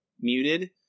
muted